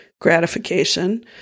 gratification